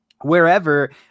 Wherever